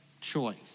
choice